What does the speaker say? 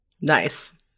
Nice